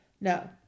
No